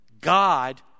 God